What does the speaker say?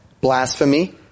blasphemy